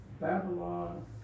Babylon